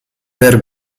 der